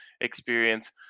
experience